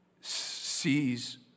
sees